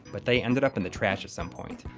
but they ended up in the trash at some point.